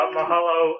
Mahalo